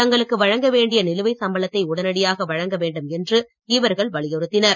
தங்களுக்கு வழங்க வேண்டிய நிலுவைச் சம்பளத்தை உடனடியாக வழங்க வேண்டும் என்று இவர்கள் வலியுறுத்தினர்